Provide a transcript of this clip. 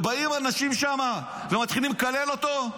ובאים אנשים שמה ומתחילים לקלל אותו?